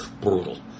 brutal